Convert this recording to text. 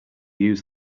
use